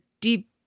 deep